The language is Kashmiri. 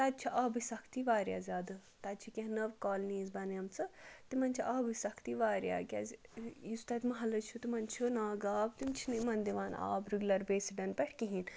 تَتہِ چھِ آبٕچ سختی واریاہ زیادٕ تَتہِ چھِ کینٛہہ نٔو کالنیٖز بَنیمژٕ تِمَن چھِ آبٕچ سختی واریاہ کیٛازِ یُس تَتہِ مَحلہٕ چھُ تِمَن چھُ ناگہٕ آب تِم چھِنہٕ یِمَن دِوان آب رُگیلَر بیسِڈَن پٮ۪ٹھ کِہیٖنۍ